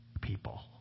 people